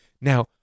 Now